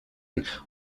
and